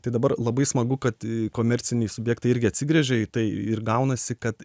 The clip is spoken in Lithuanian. tai dabar labai smagu kad komerciniai subjektai irgi atsigręžė į tai ir gaunasi kad